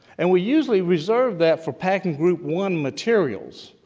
and we usually reserve that for packing group one materials.